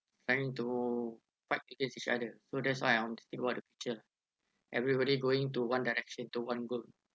trying to fight against each other so that's why I want to think about the future everybody going to one direction to one goal